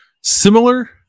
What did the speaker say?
similar